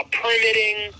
permitting